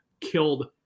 killed –